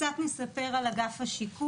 קצת נספר על אגף השיקום.